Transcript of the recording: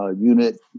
unit